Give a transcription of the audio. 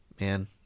man